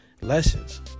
lessons